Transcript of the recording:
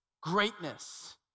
greatness